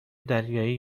دریایی